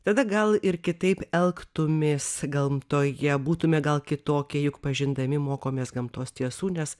tada gal ir kitaip elgtumės gamtoje būtume gal kitokie juk pažindami mokomės gamtos tiesų nes